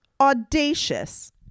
audacious